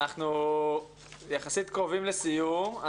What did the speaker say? אנחנו יחסית קרובים לסיום.